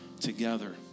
together